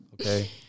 Okay